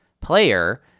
player